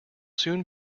soon